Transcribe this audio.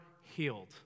healed